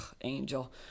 angel